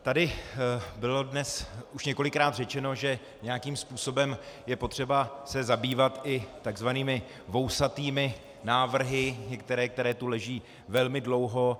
Tady bylo dnes už několikrát řečeno, že nějakým způsobem je potřeba se zabývat i tzv. vousatými návrhy, které tu leží velmi dlouho.